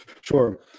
Sure